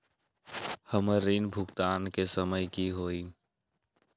हमर ऋण भुगतान के समय कि होई?